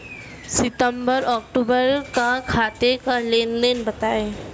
सितंबर अक्तूबर का खाते का लेनदेन बताएं